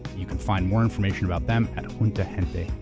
you can find more information about them at juntagente.